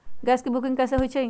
Gas के booking कैसे होईछई?